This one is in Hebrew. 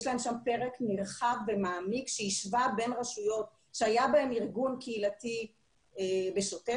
יש להם פרק נרחב ומעמיק שהשווה בין רשויות שהיה בהם ארגון קהילתי בשוטף,